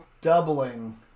doubling